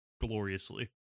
gloriously